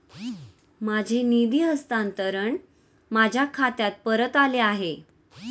माझे निधी हस्तांतरण माझ्या खात्यात परत आले आहे